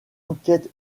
enquête